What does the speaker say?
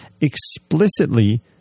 explicitly